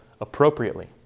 appropriately